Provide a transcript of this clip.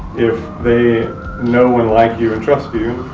if they know and like you and trust you,